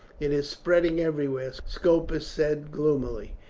it is spreading everywhere, scopus said gloomily.